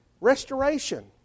restoration